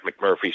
McMurphy